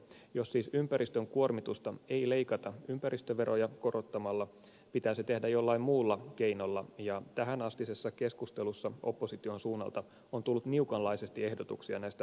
jos siis ympäristön kuormitusta ei leikata ympäristöveroja korottamalla pitää se tehdä jollain muulla keinolla ja tähänastisessa keskustelussa opposition suunnalta on tullut niukanlaisesti ehdotuksia näistä vaihtoehtoisista keinoista